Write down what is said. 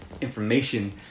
information